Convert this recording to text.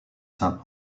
saint